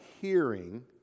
hearing